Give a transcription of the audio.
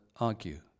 argue